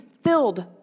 filled